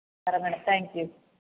సరే madam thank you